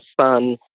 son